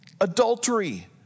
adultery